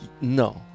No